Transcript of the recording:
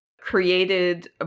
Created